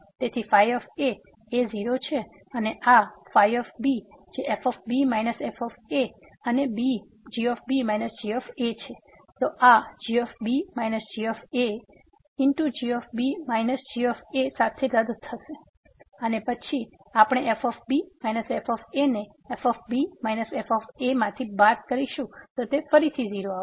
તેથી ϕ એ 0 છે અને આ ϕ જે f f અને g છે તો આ g b g a g b g સાથે રદ થશે અને પછી આપણે f b f ને f b f માંથી બાદ કરશું તો તે ફરીથી 0 છે